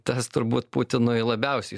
tas turbūt putinui labiausiai